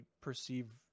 perceive